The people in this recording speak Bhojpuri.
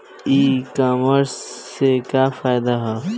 ई कामर्स से का फायदा ह?